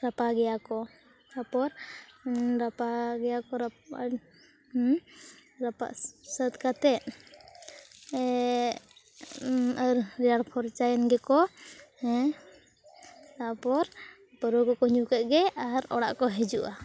ᱨᱟᱯᱟᱜᱮᱭᱟ ᱠᱚ ᱛᱟᱨᱯᱚᱨ ᱨᱟᱯᱟᱜᱮᱭᱟ ᱠᱚ ᱨᱟᱯᱟᱜ ᱥᱟᱹᱛ ᱠᱟᱛᱮᱫ ᱮᱫ ᱨᱮᱭᱟᱲ ᱯᱷᱟᱨᱪᱟᱭᱮᱱ ᱜᱮᱠᱚ ᱦᱮᱸ ᱛᱟᱨᱯᱚᱨ ᱯᱟᱹᱣᱨᱟᱹ ᱠᱚᱠᱚ ᱧᱩ ᱠᱮᱫᱜᱮ ᱟᱨ ᱚᱲᱟᱜ ᱠᱚ ᱦᱤᱡᱩᱜᱼᱟ